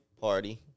Party